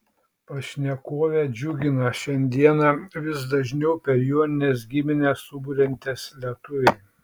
pašnekovę džiugina šiandieną vis dažniau per jonines giminę suburiantys lietuviai